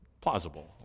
plausible